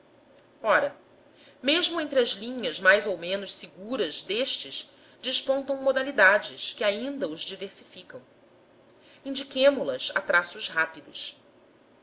ora mesmo entre as linhas mais ou menos seguras destes despontam modalidades que ainda os diversificam indiquemo las a traços rápidos